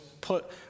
put